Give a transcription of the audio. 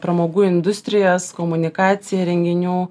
pramogų industrijas komunikaciją renginių